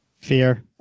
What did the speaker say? Fear